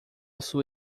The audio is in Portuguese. sua